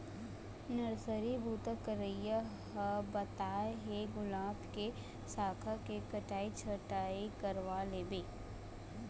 nursery बूता करइया ह बताय हे गुलाब के साखा के कटई छटई करवा लेबे